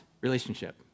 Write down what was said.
relationship